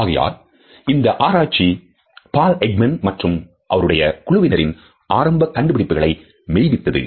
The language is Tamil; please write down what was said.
ஆகையால் இந்த ஆராய்ச்சி Paul Ekman மற்றும் அவருடைய குழுவினரின் ஆரம்ப கண்டுபிடிப்புகளை மெய்ப்பித்தது